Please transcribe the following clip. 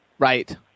Right